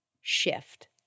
shift